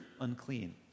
unclean